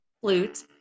flute